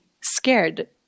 scared